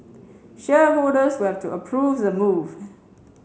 shareholders will have to approve the move